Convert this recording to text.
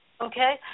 Okay